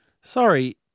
Sorry